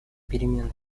перемены